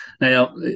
Now